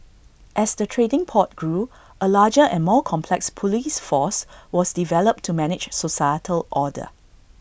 as the trading port grew A larger and more complex Police force was developed to manage societal order